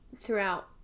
throughout